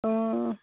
অঁ